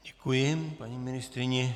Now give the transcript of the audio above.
Děkuji paní ministryni.